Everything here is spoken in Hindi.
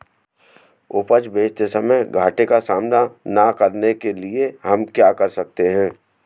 उपज बेचते समय घाटे का सामना न करने के लिए हम क्या कर सकते हैं?